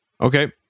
Okay